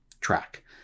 track